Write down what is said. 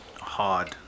Hard